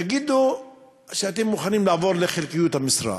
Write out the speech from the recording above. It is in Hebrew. תגידו שאתם מוכנים לעבור לחלקיות המשרה.